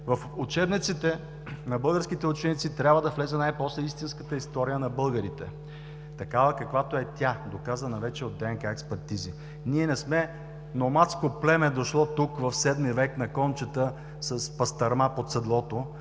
В учебниците на българските ученици трябва да влезе най-после истинската история на българите, такава каквато е тя, доказана вече от ДНК експертизи. Ние не сме номадско племе, дошло тук в VII век на кончета, с пастърма под седлото,